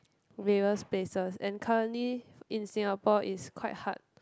various places and currently in Singapore is quite hard